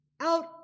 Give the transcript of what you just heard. out